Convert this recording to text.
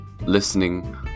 listening